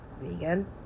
Vegan